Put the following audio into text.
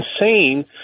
insane